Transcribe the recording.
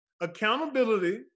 accountability